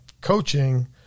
coaching